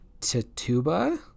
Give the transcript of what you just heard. Tatuba